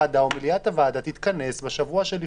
מליאת ועדת הבחירות תתכנס בשבוע שלפני,